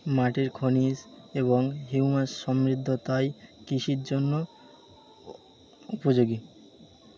মাটির খনিজ এবং হিউমাস সমৃদ্ধ তাই কৃষির জন্য উপযোগী